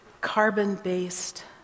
carbon-based